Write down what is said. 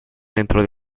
dentro